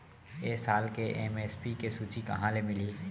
ए साल के एम.एस.पी के सूची कहाँ ले मिलही?